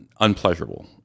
unpleasurable